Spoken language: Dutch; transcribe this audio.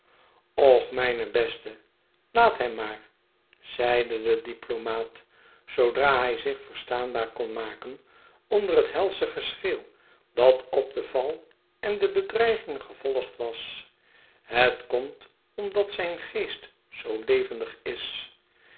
och mijn beste laat hem maar zeide de diplomaat zoodra hij zich verstaanbaar kon maken onder het helsche geschreeuw dat op den val en de bedreiging gevolgd was het komt omdat zijn geest zoo levendig is